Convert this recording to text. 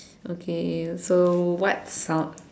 okay so what sound